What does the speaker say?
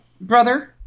brother